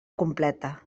completa